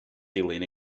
dilyn